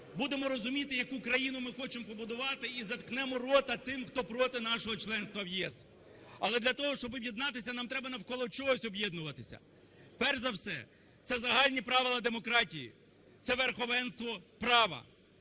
будемо розуміти, яку країну ми хочемо побудувати, і заткнемо рота тим, хто проти нашого членства в ЄС. Але для того, щоб об'єднатися, нам треба навколо чогось об'єднуватися. Перш за все це загальні правила демократії, це верховенство права.